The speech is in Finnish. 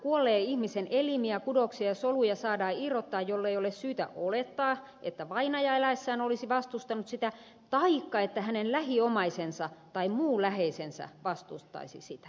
kuolleen ihmisen elimiä kudoksia ja soluja saadaan irrottaa jollei ole syytä olettaa että vainaja eläessään olisi vastustanut sitä taikka että hänen lähiomaisensa tai muu läheisensä vastustaisi sitä